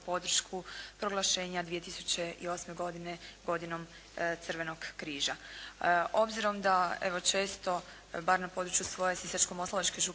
podršku proglašenja 2008. godine Godinom Crvenog križa. Obzirom da evo često bar na području svoje Sisačko-moslavačke